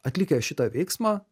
atlikę šitą veiksmą